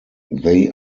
they